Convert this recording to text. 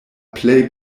plej